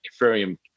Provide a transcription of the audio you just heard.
Ethereum